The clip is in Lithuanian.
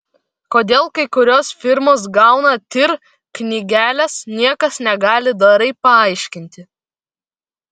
kodėl kai kurios firmos gauna tir knygeles niekas negali dorai paaiškinti